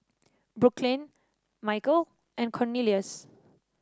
Brooklynn Michale and Cornelius